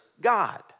God